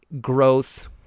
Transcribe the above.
growth